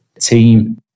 team